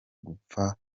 gupfa